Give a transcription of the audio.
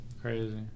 Crazy